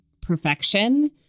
perfection